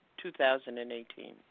2018